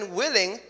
willing